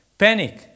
Panic